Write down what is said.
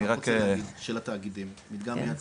אני רק רוצה להגיד שלתאגידים מדגם מייצג,